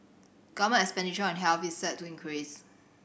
government expenditure on health is set to increase